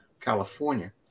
California